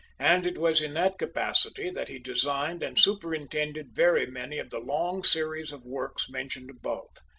and it was in that capacity that he designed and superintended very many of the long series of works mentioned above.